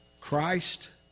Christ